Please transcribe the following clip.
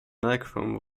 nichrome